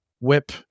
whip